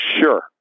Sure